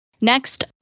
Next